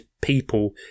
people